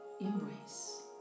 embrace